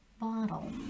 bottle